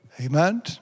Amen